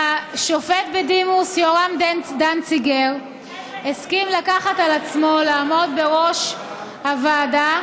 השופט בדימוס יהורם דנציגר הסכים לקחת על עצמו לעמוד בראש הוועדה,